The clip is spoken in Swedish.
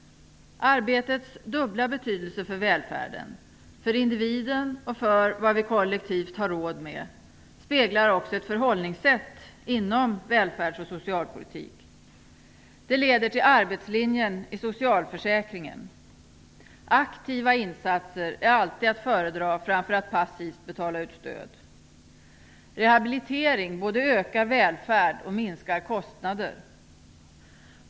Arbetets dubbla betydelse för välfärden - för individen och för vad vi kollektivt har råd med - speglar också ett förhållningssätt inom välfärds och socialpolitik. Det leder till arbetslinjen i socialförsäkringen. Aktiva insatser är alltid att föredra framför att passivt betala ut stöd. Rehabilitering både ökar välfärd och minskar kostnader.